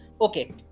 Okay